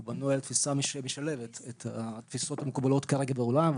הוא בנוי על תפיסה משלבת את התפיסות המקובלות כרגע בעולם,